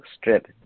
strip